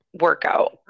workout